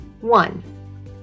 One